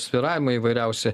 svyravimai įvairiausi